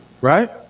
right